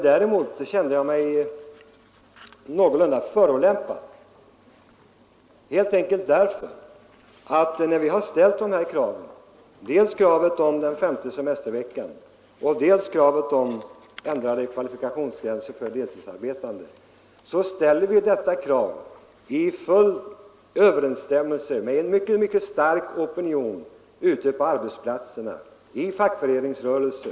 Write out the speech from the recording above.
Däremot kände jag mig ganska förolämpad helt enkelt därför att när vi ställer dels kravet på den femte semesterveckan, dels kravet på ändrade kvalifikationsgränser för deltidsarbetande, så gör vi det i full överensstämmelse med en mycket, mycket stark opinion ute på arbetsplatserna, i fackföreningsrörelsen.